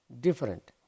different